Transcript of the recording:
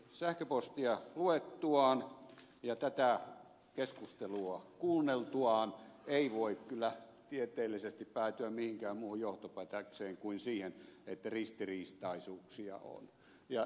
sähköpostia luettuaan ja tätä keskustelua kuunneltuaan ei voi kyllä tieteellisesti päätyä mihinkään muuhun johtopäätökseen kuin siihen että ristiriitaisuuksia on